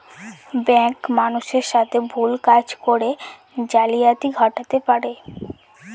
bank মানুষের সাথে ভুল কাজ করে জালিয়াতি ঘটাতে পারে